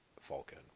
Falcon